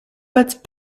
but